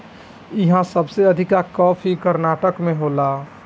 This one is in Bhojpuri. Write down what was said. इहा सबसे अधिका कॉफ़ी कर्नाटक में होला